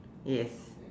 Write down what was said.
yes